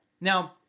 Now